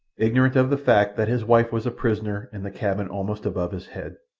ignorant of the fact that his wife was a prisoner in the cabin almost above his head.